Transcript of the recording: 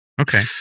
Okay